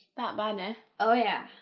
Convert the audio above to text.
that bad, ah? oh yeah!